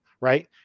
right